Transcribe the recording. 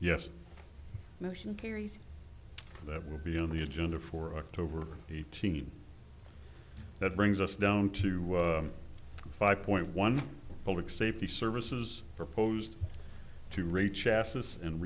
carries that will be on the agenda for october eighteenth that brings us down to five point one public safety services proposed to reach asses and